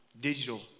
digital